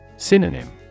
Synonym